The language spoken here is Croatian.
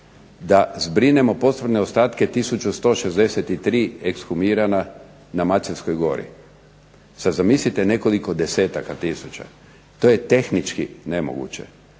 da zbrinemo posmrtne ostatke 1163 ekshumirana na Maceljskoj gori. Sad zamislite nekoliko desetaka tisuća. To je tehnički nemoguće,